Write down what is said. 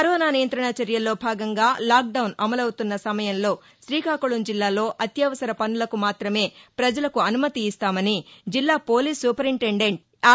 corona నియంత్రణ చర్యల్లో భాగంగా లాక్డౌన్ అమలవుతున్న సమయంలో తీకాకుళం జిల్లాలో అత్యవసర పనులకు మాత్రమే ప్రజలకు అనుమతి ఇస్తామని జిల్లా పోలీస్ సూపరింటెండెంట్ ఆర్